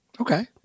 Okay